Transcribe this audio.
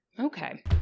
Okay